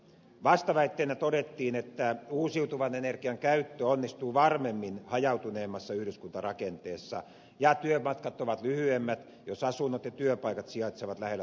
vastaväitteenä todettiin että uusiutuvan energian käyttö onnistuu varmemmin hajautuneemmassa yhdyskuntarakenteessa ja työmatkat ovat lyhyemmät jos asunnot ja työpaikat sijaitsevat lähellä toisiaan